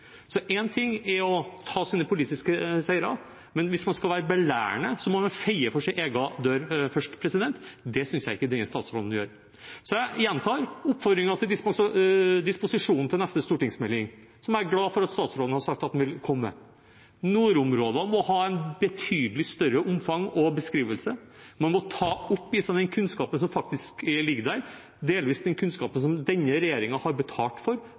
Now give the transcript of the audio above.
ting er å ta sine politiske seire, men hvis man skal være belærende, må man feie for sin egen dør først. Det synes jeg ikke denne statsråden gjør. Så jeg gjentar oppfordringen til disposisjon til neste stortingsmelding, som jeg er glad for at statsråden har sagt at han vil komme med: Nordområdene må ha betydelig større omfang og beskrivelse. Man må ta opp i seg den kunnskapen som faktisk ligger der, ta den kunnskapen som denne regjeringen har betalt for